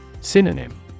Synonym